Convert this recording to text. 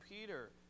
Peter